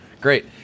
Great